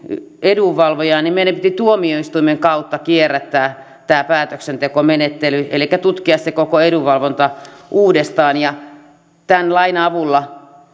edunvalvojaan meidän piti tuomioistuimen kautta kierrättää tämä päätöksentekomenettely elikkä tutkia se koko valvonta uudestaan tämän lain avulla